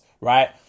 right